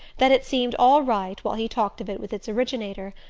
that it seemed all right while he talked of it with its originator,